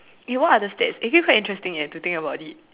eh what are the stats actually quite interesting eh to think about it